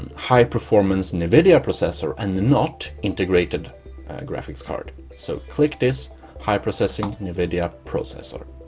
high-performance and nvidia processor and not integrated graphics card. so click this high processing and nvidia processor